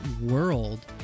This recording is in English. world